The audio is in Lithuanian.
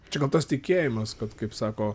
čia gal tas tikėjimas kad kaip sako